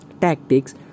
TACTICS